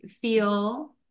feel